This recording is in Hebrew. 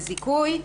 זה זיכוי.